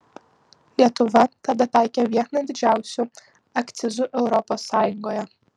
lietuva tada taikė vieną didžiausių akcizų europos sąjungoje